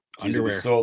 underwear